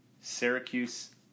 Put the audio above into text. Syracuse